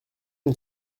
une